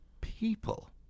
people